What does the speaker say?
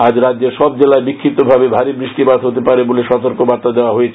আজ রাজ্যের সব জেলায় বিষ্কিপ্তভাবে ভারি বৃষ্টিপাত হতে পারে বলে সতর্কবার্তা দেওয়া হয়েছে